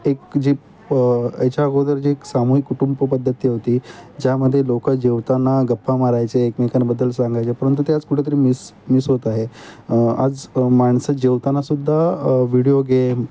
एक जी याच्या अगोदर जी एक सामूहिक कुटुंबपद्धती होती ज्यामध्ये लोक जेवताना गप्पा मारायचे एकमेकांबद्दल सांगायचे परंतु ते आज कुठेतरी मिस मिस होत आहे आज माणसं जेवतानासुद्धा व्हिडिओ गेम